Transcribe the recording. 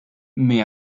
mais